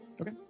Okay